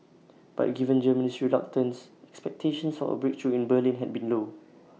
but given Germany's reluctance expectations for A breakthrough in Berlin had been low